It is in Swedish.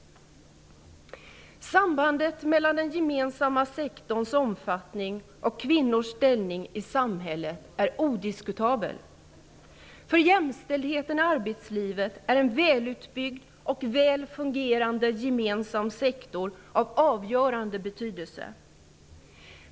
Sambandet mellan den gemensamma sektorns omfattning och kvinnors ställning i samhället är odiskutabelt. För jämställdheten i arbetslivet är en välutbyggd och väl fungerande gemensam sektor av avgörande betydelse.